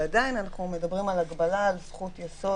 אבל עדיין אנחנו מדברים על מגבלה על זכות-יסוד,